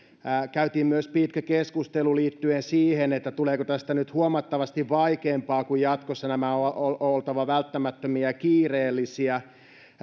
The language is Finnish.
käytiin myös pitkä keskustelu liittyen siihen tuleeko tästä nyt huomattavasti vaikeampaa kun jatkossa näiden on oltava välttämättömiä ja kiireellisiä